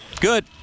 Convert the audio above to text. Good